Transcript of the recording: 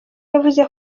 yavuze